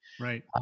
Right